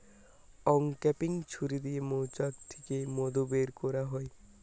uncapping ছুরি দিয়ে মৌচাক থিকে মধু বের কোরা হয়